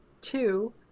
two